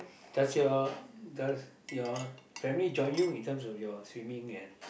does your uh does your family join you in terms of your swimming and